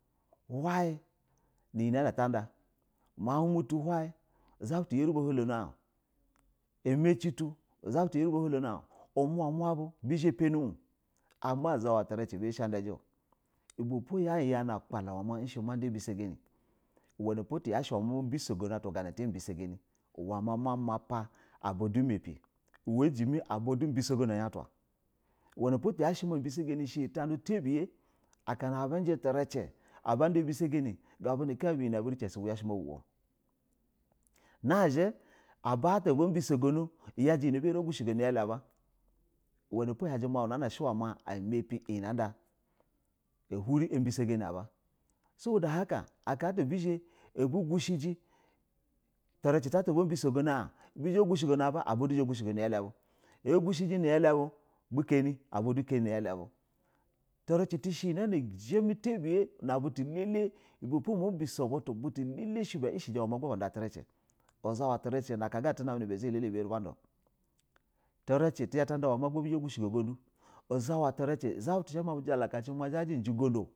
Hwai nu iyɛ na talda muu mi tu haw zha butu ɛrɛ ba halona in ama cin tu zabutu ɛrɛ ba hulono in, umuma bu bu zha panɛ un. Oma uzawa tiracɛ ba yarɛ shɛ ba da ijɛ a ibɛ ya yani na agbla ma ushɛ ma da ubɛ sa gani umna pa ma biso gana atwa ga nana tub a bias gana na ta bisi ganɛ, uwɛ ma mama pa aba du mapɛ uwa ajimɛ aba du biso gona aya twa uwanɛ po ubɛ sɛ gani ushɛ iyi utamel u tabiyɛ, aka na a bujɛ trɛcita aba biso gano atwa gabu idu usubwɛ zha shɛ ma bu wo. Nazhɛ aba ata aba biso gono iyadi du iyɛ na a bazha ba gusha go nilugo waba uwana po iya ji mau na ama pɛllyɛ ha ada uhurɛ abigogani aba saboda haka aka ata abuzhɛ abu guɛhɛjɛ trɛci ta ata aba bisogono in bizha bagushɛ go na ba, aba du zha a gushɛ go nabu agu shɛjɛ nɛ elce bu gabu du bɛ kanɛ an kanɛ nɛ yala bu, tricɛ tɛ shɛ iyɛ na zhɛ mɛta biya nab utu ba lala ibɛe po mabiso buju butu ba elele shɛ ba ishɛjɛ ma aka ga uzaya lele a buy a irɛ ba do tiraci tizha ta da ma bizha baguzhɛ go ugudu uzawo tricɛ zhi butu ba lele zha ma bu jala ka cɛ ma zha jɛ ujɛ uguda.